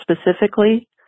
specifically